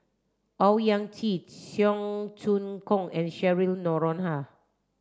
Owyang Chi Cheong Choong Kong and Cheryl Noronha